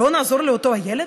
לא נעזור לאותו הילד?